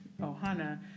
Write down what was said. Ohana